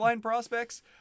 prospects